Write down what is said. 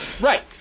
Right